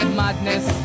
madness